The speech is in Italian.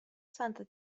santa